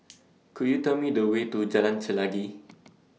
Could YOU Tell Me The Way to Jalan Chelagi